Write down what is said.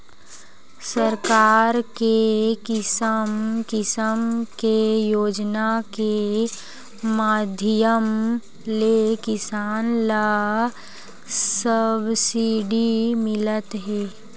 सरकार के किसम किसम के योजना के माधियम ले किसान ल सब्सिडी मिलत हे